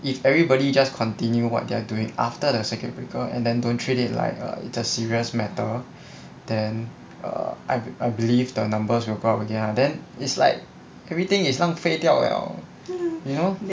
if everybody just continue what they're doing after the circuit breaker and then don't treated like err is a serious matter then err I I believe the numbers will go up again ah then it's like everything is some 废掉 liao you know